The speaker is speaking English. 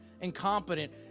incompetent